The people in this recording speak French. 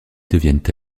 deviennent